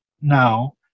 now